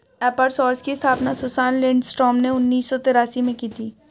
एपर सोर्स की स्थापना सुसान लिंडस्ट्रॉम ने उन्नीस सौ तेरासी में की थी